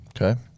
Okay